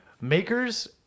Maker's